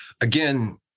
Again